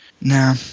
Now